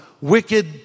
wicked